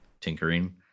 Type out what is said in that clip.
tinkering